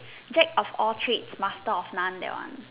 Jack of all trades master of none that one